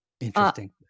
Interesting